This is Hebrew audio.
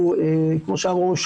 הוא כמו שאמרו,